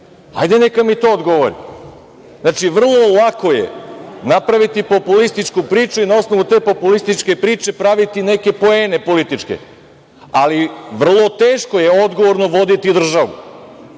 Neka mi to odgovori. Znači, vrlo lako je napraviti populističku priču i na osnovu te populističke priče praviti neke političke poene. Ali, vrlo teško je odgovorno voditi državu.